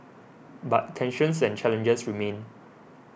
but tensions and challenges remain